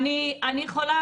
אני יכולה